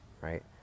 right